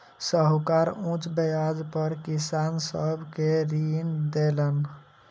साहूकार उच्च ब्याज पर किसान सब के ऋण देलैन